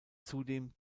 zudem